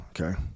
Okay